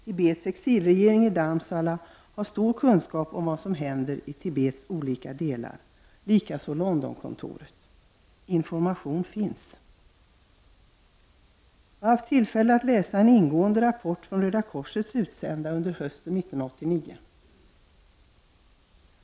Tibets exilregering i Dharmsala har stor kunskap om vad som händer i Tibets olika delar, liksom även Jag har haft tillfälle att läsa en ingående rapport från hösten 1989 lämnad av Röda korsets utsända.